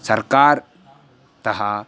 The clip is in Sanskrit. सर्वकारतः